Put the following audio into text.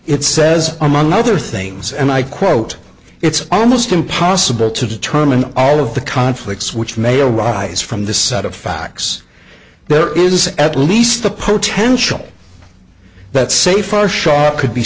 it says among other things and i quote it's almost impossible to determine all of the conflicts which may arise from the set of facts there is at least the potential but say far short could be